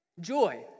joy